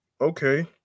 okay